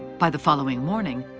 by the following morning,